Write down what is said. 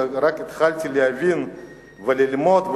ורק התחלתי להבין וללמוד,